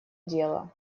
дело